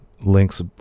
links